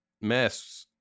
mess